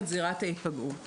זירת ההיפגעות